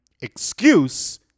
excuse